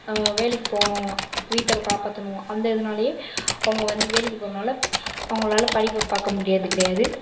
வேலைக்குப் போகணும் வீட்டை காப்பாற்றணும் அந்த இதனாலயே அவங்க வந்து வேலைக்கு போகிறதுனால அவங்களால படிப்பை பார்க்க முடியுறது கிடையாது